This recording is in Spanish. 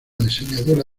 diseñadora